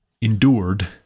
endured